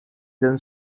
them